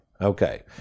Okay